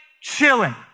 chilling